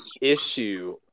issue